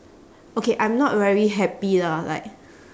okay I'm not very happy lah like